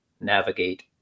navigate